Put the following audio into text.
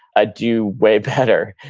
ah do way better.